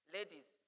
Ladies